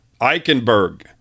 Eichenberg